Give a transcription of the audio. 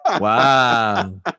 Wow